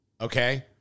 okay